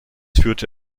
führte